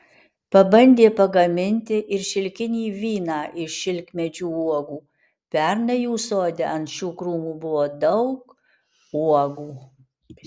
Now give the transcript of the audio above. pabandė pagaminti ir šilkinį vyną iš šilkmedžių uogų pernai jų sode ant šių krūmų buvo daug uogų